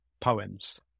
poems